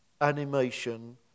animation